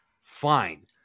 fine